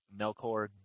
Melkor